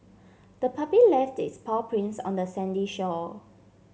the puppy left its paw prints on the sandy shore